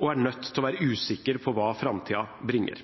og er nødt til å være usikre på hva framtida bringer.